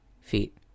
feet